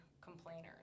complainers